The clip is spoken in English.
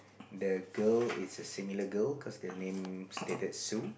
the girl is a similar girl cause the name stated Sue